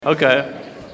Okay